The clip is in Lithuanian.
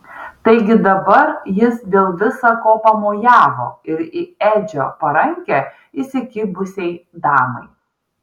taigi dabar jis dėl visa ko pamojavo ir į edžio parankę įsikibusiai damai